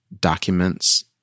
documents